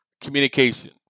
communication